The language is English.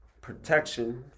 protection